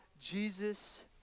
Jesus